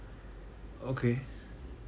okay